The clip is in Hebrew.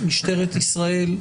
משטרת ישראל,